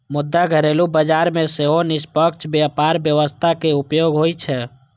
मुदा घरेलू बाजार मे सेहो निष्पक्ष व्यापार व्यवस्था के उपयोग होइ छै